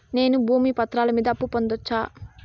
నేను భూమి పత్రాల మీద అప్పు పొందొచ్చా?